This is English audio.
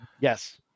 Yes